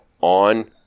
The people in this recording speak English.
on